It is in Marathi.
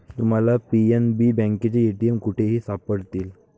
तुम्हाला पी.एन.बी बँकेचे ए.टी.एम कुठेही सापडतील